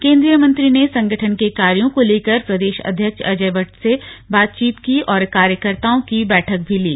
केंद्रीय मंत्री ने संगठन के कार्यों को लेकर प्रदेश अध्यक्ष अजय भट्ट से बातचीत की और कार्यकर्ताओं की बैठक भी ली